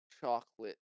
chocolate